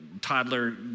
toddler